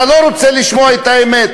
אתה לא רוצה לשמוע את האמת.